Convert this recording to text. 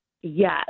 Yes